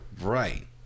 right